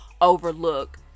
overlook